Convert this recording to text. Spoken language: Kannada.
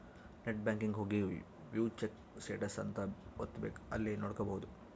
ನೆಟ್ ಬ್ಯಾಂಕಿಂಗ್ ಹೋಗಿ ವ್ಯೂ ಚೆಕ್ ಸ್ಟೇಟಸ್ ಅಂತ ಒತ್ತಬೆಕ್ ಅಲ್ಲಿ ನೋಡ್ಕೊಬಹುದು